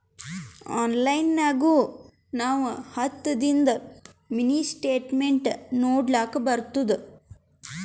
online ನಾಗ್ನು ನಾವ್ ಹತ್ತದಿಂದು ಮಿನಿ ಸ್ಟೇಟ್ಮೆಂಟ್ ನೋಡ್ಲಕ್ ಬರ್ತುದ